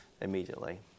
immediately